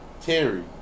Terry